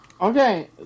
okay